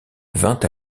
vint